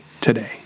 today